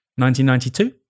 1992